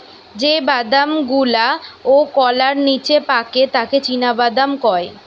যে বাদাম গুলাওকলার নিচে পাকে তাকে চীনাবাদাম কয়